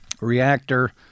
reactor